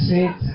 Sit